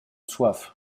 soif